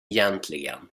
egentligen